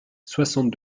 soixante